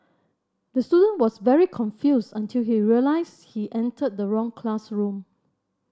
the student was very confused until he realised he entered the wrong classroom